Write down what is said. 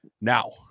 Now